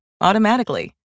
automatically